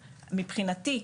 מבחינתי,